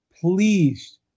please